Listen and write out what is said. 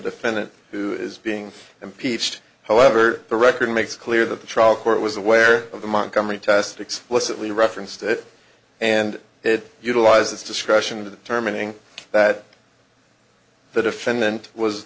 defendant who is being impeached however the record makes clear that the trial court was aware of the montgomery test explicitly referenced it and it utilized its discretion to determining that the defendant was